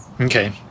okay